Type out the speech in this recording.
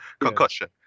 concussion